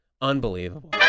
Unbelievable